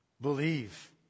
Believe